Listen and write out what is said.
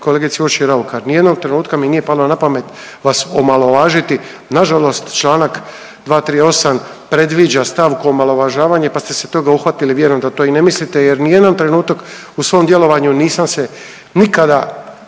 kolegici Urši Raukar, ni jednog trenutka mi nije palo napamet vas omalovažiti. Nažalost Članak 238. predviđa stavku omalovažavanje pa ste se tog uhvatili vjerujem da to i ne mislite jer ni jedan trenutak u svom djelovanju nisam se nikada